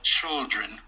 children